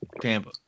Tampa